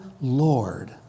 Lord